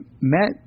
met